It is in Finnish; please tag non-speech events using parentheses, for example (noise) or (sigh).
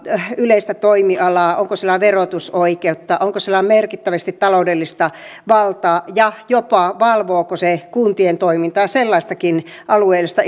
yleistä toimialaa onko sillä verotusoikeutta onko sillä merkittävästi taloudellista valtaa ja jopa valvooko se kuntien toimintaa sellaistakin alueellista (unintelligible)